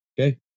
Okay